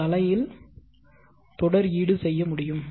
இந்த அலை இல் தொடர்ஈடுசெய்ய முடியும்